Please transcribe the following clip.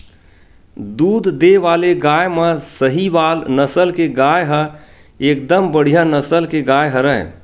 दूद देय वाले गाय म सहीवाल नसल के गाय ह एकदम बड़िहा नसल के गाय हरय